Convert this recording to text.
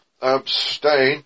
abstain